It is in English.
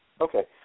Okay